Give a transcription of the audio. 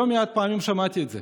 לא מעט פעמים שמעתי את זה.